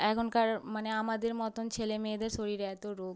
এখনকার মানে আমাদের মতন ছেলে মেয়েদের শরীরে এত রোগ